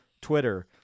Twitter